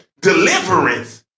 deliverance